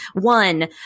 one